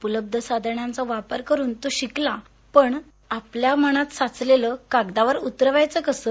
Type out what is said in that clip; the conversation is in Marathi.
उपलब्ध साधनं वापरून तो शिकला पण आपल्या मनात साचलेलं कागदावर उतरवायचं कसं